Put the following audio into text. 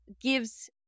gives